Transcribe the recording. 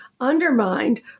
undermined